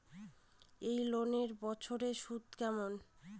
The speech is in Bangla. এই লোনের বছরে সুদ কেমন?